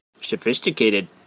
sophisticated